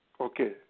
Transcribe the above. Okay